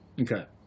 Okay